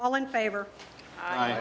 all in favor